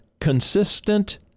consistent